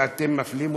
שאתם מפלים אותם?